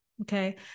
Okay